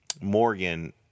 Morgan